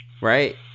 right